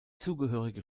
zugehörige